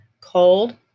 cold